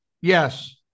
Yes